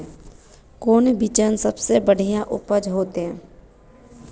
कौन बिचन सबसे बढ़िया उपज होते?